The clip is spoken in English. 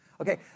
Okay